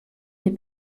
des